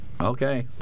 Okay